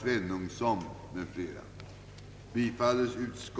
Där föreligger kanske också ett alldeles särskilt